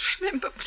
remember